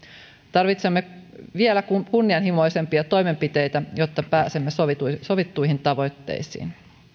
tarvitsemme vielä kunnianhimoisempia toimenpiteitä jotta pääsemme sovittuihin sovittuihin tavoitteisiin